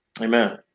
Amen